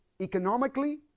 economically